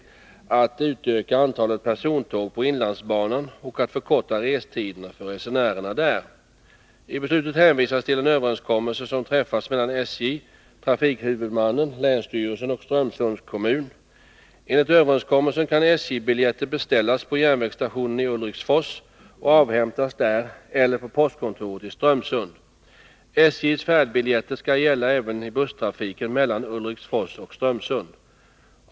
I beslutet hänvisas till en överenskommelse som träffats mellan SJ, trafikhuvudmannen, länsstyrelsen och Strömsunds kommun. Enligt överenskommelsen kan SJ-biljetter beställas på järnvägsstationen i Ulriksfors och avhämtas där eller på postkontoret i Strömsund. SJ:s färdbiljetter skall gälla ävenii busstrafiken mellan Ulriksfors och Strömsund.